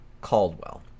Caldwell